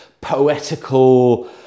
poetical